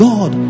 God